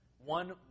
One